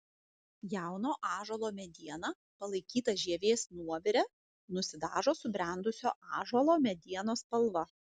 jauno ąžuolo mediena palaikyta žievės nuovire nusidažo subrendusio ąžuolo medienos spalva